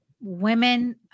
women